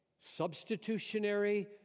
substitutionary